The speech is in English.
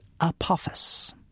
Apophis